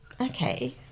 okay